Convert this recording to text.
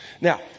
Now